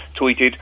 tweeted